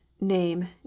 name